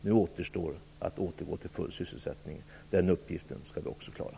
Nu återstår att återgå till full sysselsättning. Den uppgiften skall vi också klara.